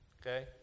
Okay